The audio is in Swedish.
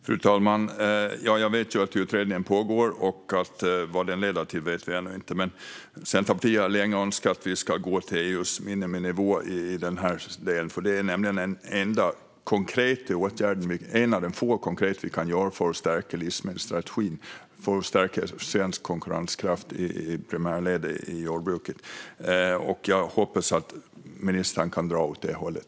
Fru talman! Jag vet att utredningen pågår. Vad den leder till vet vi ännu inte. Centerpartiet har länge önskat att vi ska gå till EU:s miniminivå i den här delen. Det är nämligen en av de få konkreta åtgärder vi kan göra för att stärka livsmedelsstrategin och svensk konkurrenskraft i primärledet i jordbruket. Jag hoppas att ministern kan dra åt det hållet.